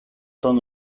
τον